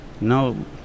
No